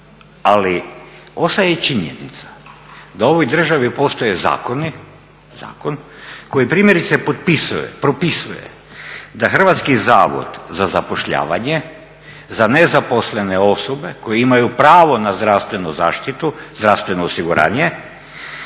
ali ostaje činjenica da u ovoj državi postoji zakon koji primjerice propisuje da Hrvatski zavod za zapošljavanje za nezaposlene osobe koje imaju pravo na zdravstvenu zaštitu, zdravstveno osiguranje